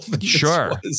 Sure